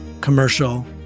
commercial